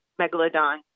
megalodon